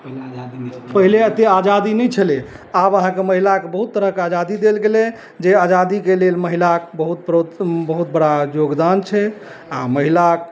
आजाद पहिले एते आजादी नहि छलै आब अहाँके महिलाके बहुत तरहक आजादी देल गेलै जे आजादीके लेल महिलाक बहुत बहुत बड़ा योगदान छै आ महिला